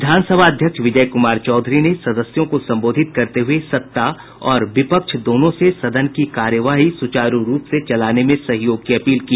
विधान सभा अध्यक्ष विजय कुमार चौधरी ने सदस्यों को संबोधित करते हुए सत्ता और विपक्ष दोनों से सदन की कार्यवाही सूचारु रूप से चलाने में सहयोग की अपील की